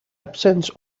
absence